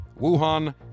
Wuhan